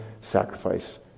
sacrifice